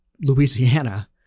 Louisiana